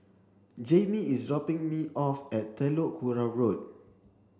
Jaimie is dropping me off at Telok Kurau Road